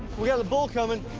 we got a bull coming.